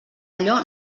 allò